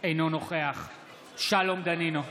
אינו נוכח שלום דנינו,